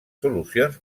solucions